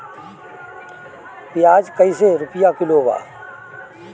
प्याज कइसे रुपया किलो बा?